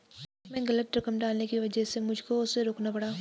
check में गलत रकम डालने की वजह से मुझको उसे रोकना पड़ा